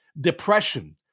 depression